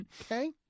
Okay